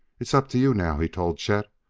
it's up to you now, he told chet.